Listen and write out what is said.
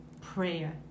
prayer